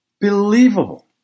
Believable